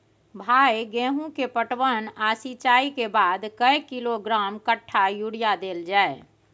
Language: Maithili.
भाई गेहूं के पटवन आ सिंचाई के बाद कैए किलोग्राम कट्ठा यूरिया देल जाय?